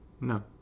No